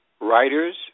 writers